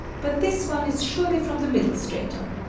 but this one is surely from the middle stratum.